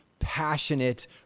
passionate